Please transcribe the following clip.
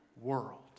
world